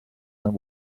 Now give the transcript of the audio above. and